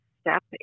step